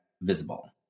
visible